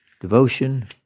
devotion